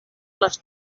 les